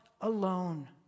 alone